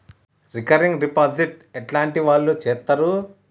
Recurring deposit ఎట్లాంటి వాళ్లు చేత్తరు?